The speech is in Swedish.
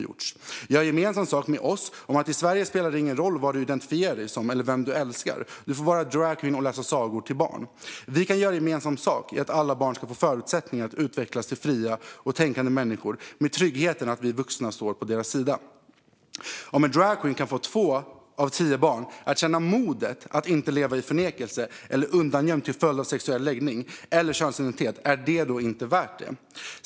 Gör gemensam sak med oss om att det i Sverige inte spelar någon vad man identifierar sig som eller vem man älskar. Man får vara dragqueen och läsa sagor för barn. Vi kan göra gemensam sak genom att låta alla barn få förutsättningar att utvecklas till fria och tänkande människor med tryggheten att vi vuxna står på deras sida. Om en dragqueen kan få två av tio barn att känna modet att inte leva i förnekelse eller undangömda till följd av sexuell läggning eller könsidentitet, är detta då inte värt det?